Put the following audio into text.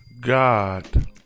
God